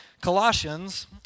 Colossians